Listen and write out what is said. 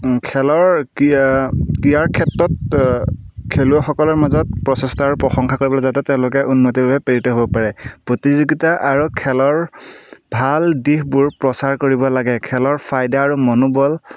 খেলৰ ক্ৰিয়াৰ ক্ষেত্ৰত খেলুৱৈসকলৰ মাজত প্ৰচেষ্টা প্ৰশংসা কৰিবলৈ যাতে তেওঁলোকে উন্নতিবাবে প্ৰেৰিত হ'ব পাৰে প্ৰতিযোগিতা আৰু খেলৰ ভাল দিশবোৰ প্ৰচাৰ কৰিব লাগে খেলৰ ফায়দা আৰু মনোবল